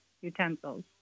utensils